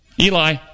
Eli